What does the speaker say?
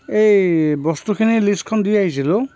এই বস্তুখিনি লিষ্টখন দি আহিছিলো